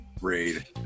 raid